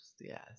yes